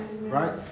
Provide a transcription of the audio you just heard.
right